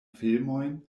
filmojn